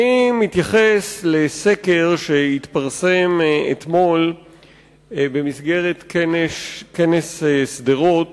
אני מתייחס לסקר שהתפרסם אתמול במסגרת כנס שדרות